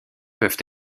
peuvent